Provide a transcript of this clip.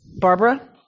Barbara